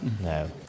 No